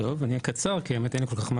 אני אהיה קצר כי אין לי כל כך מה